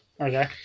okay